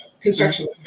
construction